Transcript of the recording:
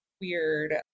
weird